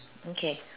okay